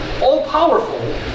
All-powerful